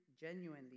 genuinely